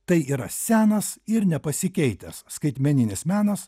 tai yra senas ir nepasikeitęs skaitmeninis menas